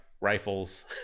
rifles